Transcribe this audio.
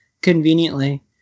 conveniently